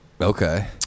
Okay